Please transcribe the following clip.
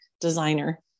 designer